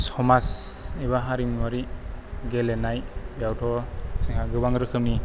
समाज एबा हारिमुवारि गेलेनायावथ' जोंहा गोबां रोखोमनि